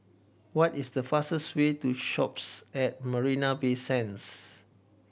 what is the fastest way to Shoppes at Marina Bay Sands